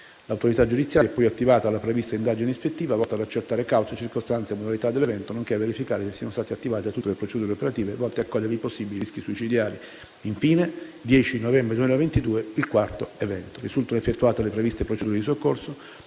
l'autorità giudiziaria e poi attivata la prevista indagine ispettiva, volta ad accertare cause, circostanze e modalità dell'evento, nonché a verificare se siano state attivate tutte le procedure operative volte a cogliere i possibili rischi suicidari. Infine, in data 10 novembre 2022 risulta verificatosi il quarto evento citato. Risultano effettuate le previste procedure di soccorso,